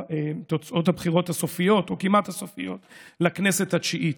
הבחירות הסופיות או כמעט הסופיות לכנסת התשיעית.